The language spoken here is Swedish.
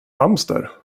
hamster